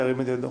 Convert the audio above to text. ירים את ידו?